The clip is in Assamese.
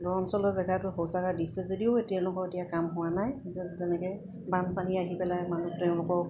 দূৰ অঞ্চলৰ জেগাটো শৌচাগাৰ দিছে যদিও তেওঁলোকৰ এতিয়া কাম হোৱা নাই যেনেকৈ বানপানী আহি পেলাই মানুহ তেওঁলোকক